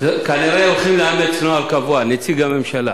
כנראה הולכים לאמץ נוהל קבוע, נציג הממשלה.